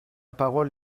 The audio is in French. parole